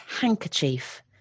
handkerchief